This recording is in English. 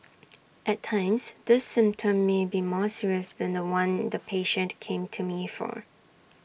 at times this symptom may be more serious than The One the patient came to me for